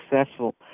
successful